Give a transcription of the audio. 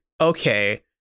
okay